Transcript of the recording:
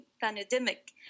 pandemic